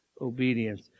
obedience